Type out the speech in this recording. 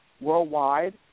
worldwide